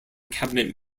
cabinet